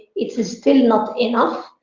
it is still not enough.